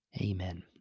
Amen